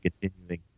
continuing